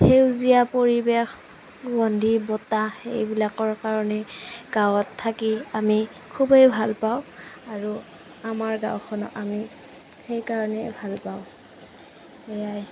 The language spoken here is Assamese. সেউজীয়া পৰিৱেশ সুগন্ধি বতাহ এইবিলাকৰ কাৰণে গাঁৱত থাকি আমি খুবেই ভাল পাওঁ আৰু আমাৰ গাঁওখনক আমি সেইকাৰণে ভাল পাওঁ এয়াই